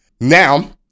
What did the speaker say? Now